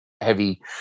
heavy